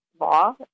law